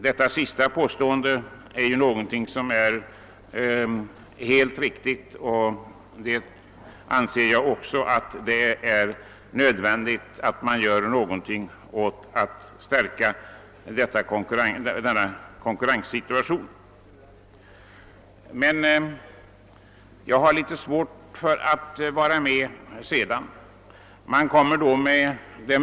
Det sistnämnda påståendet är helt riktigt, och även jag anser att det är nödvändigt att göra något för att stärka företagen i denna konkurrenssituation. Jag har emellertid en smula svårt att följa med i fortsättningen.